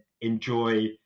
enjoy